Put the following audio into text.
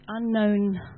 unknown